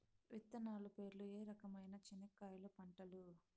విత్తనాలు పేర్లు ఏ రకమైన చెనక్కాయలు పంటలు?